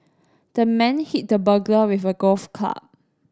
the man hit the burglar with a golf club